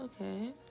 Okay